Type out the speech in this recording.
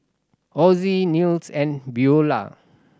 Ozie Nils and Buelah